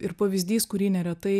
ir pavyzdys kurį neretai